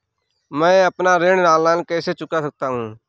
मैं अपना ऋण ऑनलाइन कैसे चुका सकता हूँ?